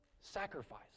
Sacrifice